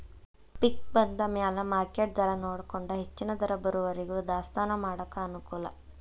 ಪಿಕ್ ಬಂದಮ್ಯಾಲ ಮಾರ್ಕೆಟ್ ದರಾನೊಡಕೊಂಡ ಹೆಚ್ಚನ ದರ ಬರುವರಿಗೂ ದಾಸ್ತಾನಾ ಮಾಡಾಕ ಅನಕೂಲ